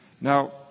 Now